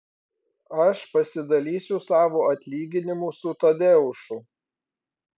aš pasidalysiu savo atlyginimu su tadeušu